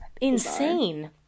insane